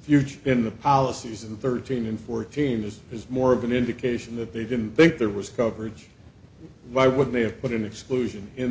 future in the policies of the thirteen and fourteen this is more of an indication that they didn't think there was coverage why would they have put an exclusion in